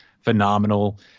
phenomenal